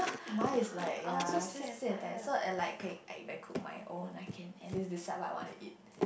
mine is like ya I just sick and tired so is like okay if I cook my own I can at least decide what I want to eat